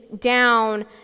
down